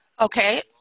Okay